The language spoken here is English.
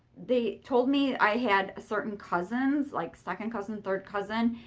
they told me i had certain cousins, like second cousin, third cousin.